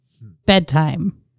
bedtime